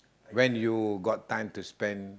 when you got time to spend